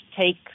take